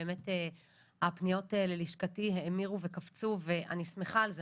באמת הפניות ללשכתי האמירו וקפצו ואני שמחה על זה.